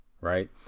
Right